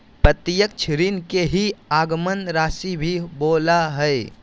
प्रत्यक्ष ऋण के ही आगमन राशी भी बोला हइ